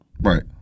Right